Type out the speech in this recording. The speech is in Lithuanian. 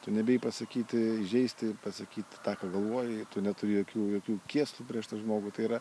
tu nebijai pasakyti įžeisti pasakyti tą ką galvoji tu neturi jokių jokių kėslų nubrėžtas žmogui tai yra